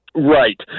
Right